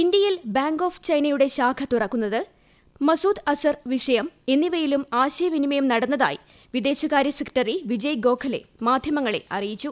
ഇന്ത്യയിൽ bank of ചൈനയുടെ ശാഖ തുറക്കുന്നത് മാസുദ് അസർ വിഷയം എന്നിവയിലും ആശയവിനിമയം നടന്നതായി വിദേകാര്യ സെക്രട്ടറി വിജയ് ഗോഖലെ മാധ്യമങ്ങളെ അറിയിച്ചു